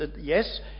yes